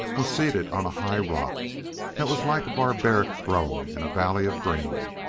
was seated on a high rock that was like a barbaric throne in a valley of green.